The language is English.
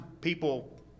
people